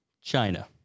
China